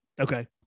Okay